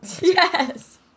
yes